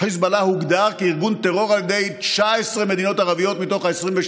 חיזבאללה הוגדר כארגון טרור על ידי 19 מדינות ערביות מתוך ה-22 בליגה.